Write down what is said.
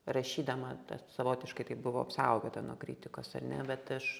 rašydama tas savotiškai tai buvo apsaugota nuo kritikos ar ne bet aš